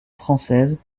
française